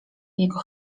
jego